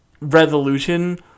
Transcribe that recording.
resolution